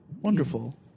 wonderful